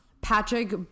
patrick